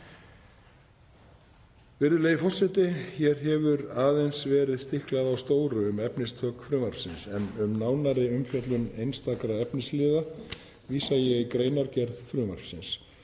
Virðulegi forseti. Hér hefur aðeins verið stiklað á stóru um efnistök frumvarpsins, en um nánari umfjöllun einstakra efnisliða vísa ég í greinargerð frumvarpsins.